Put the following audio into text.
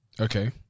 Okay